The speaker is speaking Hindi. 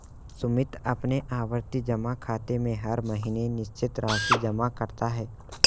सुमित अपने आवर्ती जमा खाते में हर महीने निश्चित राशि जमा करता है